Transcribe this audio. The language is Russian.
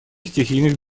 стихийных